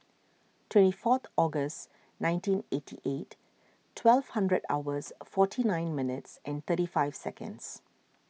twenty fourth August nineteen eighty eight twelve hundred hours forty nine minutes and thirty five seconds